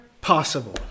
possible